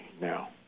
now